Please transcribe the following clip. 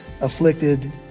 afflicted